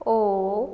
O